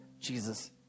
Jesus